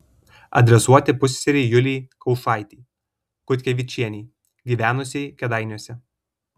adresuoti pusseserei julei kaušaitei kutkevičienei gyvenusiai kėdainiuose